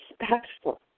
respectful